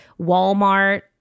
Walmart